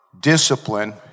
discipline